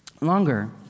Longer